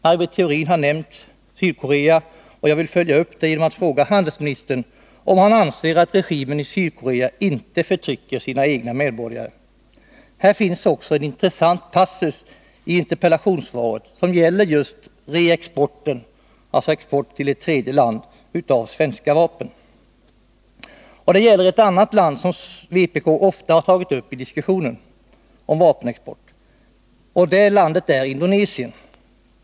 Maj Britt Theorin har nämnt Sydkorea, och jag vill följa upp detta genom att fråga handelsministern, om han anser att regimen i Sydkorea inte förtrycker sina egna medborgare. Det finns också en intressant passus i interpellationssvaret som gäller just reexport — dvs. export till ett tredje land — av svenska vapen. Ett annat land som vpk under de senaste åren ofta har tagit upp i diskussionen om vapenexport är Indonesien.